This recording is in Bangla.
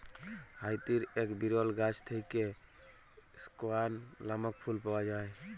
হাইতির এক বিরল গাছ থেক্যে স্কেয়ান লামক ফুল পাওয়া যায়